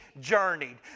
journeyed